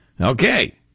Okay